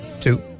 two